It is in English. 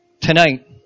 Tonight